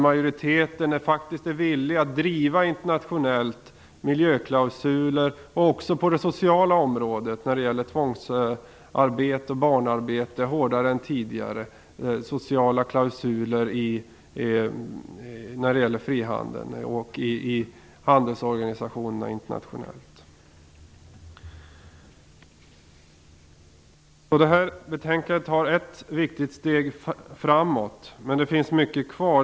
Majoriteten är faktiskt villig att hårdare än tidigare i frihandeln driva frågor om miljöklausuler och sociala klausuler, när det gäller tvångsarbete och barnarbete, i internationella handelsorganisationer. I det här betänkandet tas ett viktigt steg framåt, men det finns mycket kvar.